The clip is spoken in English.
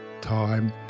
time